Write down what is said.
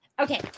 Okay